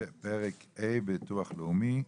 אנחנו פותחים בפרק ה' (ביטוח לאומי),